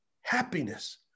happiness